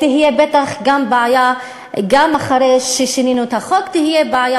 בטח גם אחרי ששינינו את החוק תהיה בעיה